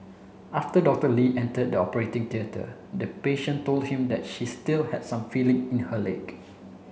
after Doctor Lee entered the operating theatre the patient told him that she still had some feeling in her leg